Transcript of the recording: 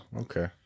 okay